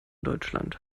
deutschland